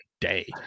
day